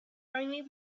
only